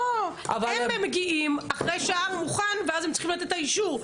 הם מגיעים אחרי שההר מוכן ואז הם צריכים לתת את האישור,